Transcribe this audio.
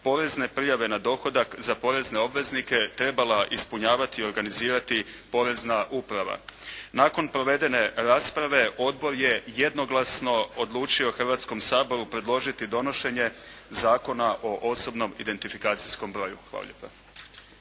porezne prijave na dohodak za porezne obveznike trebala ispunjavati i organizirati porezna uprava. Nakon, provedene rasprave, odbor je jednoglasno odlučio Hrvatskom saboru predložiti donošenje Zakona o osobnom identifikacijskom broju. Hvala lijepa.